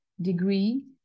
degree